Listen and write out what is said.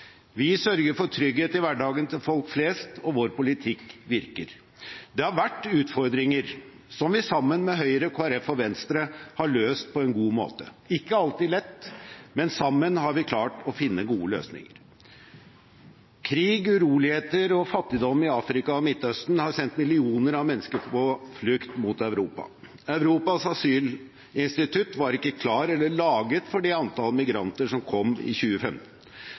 Vi sørger for trygghet i hverdagen til folk flest. Vår politikk virker. Det har vært utfordringer som vi sammen med Høyre, Kristelig Folkeparti og Venstre har løst på en god måte – ikke alltid lett, men sammen har vi klart å finne gode løsninger. Krig, uroligheter og fattigdom i Afrika og Midtøsten har sendt millioner av mennesker på flukt mot Europa. Europas asylinstitutt var ikke klart eller laget for det antallet migranter som kom i